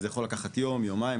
וזה יכול לקחת יום או יומיים,